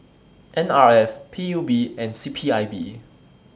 N R F P U B and C P I B